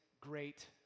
great